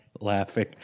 laughing